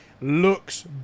looks